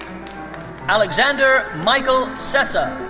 alexander michael sessa.